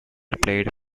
played